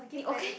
你 okay